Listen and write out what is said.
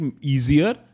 easier